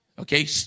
Okay